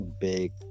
big